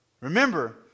remember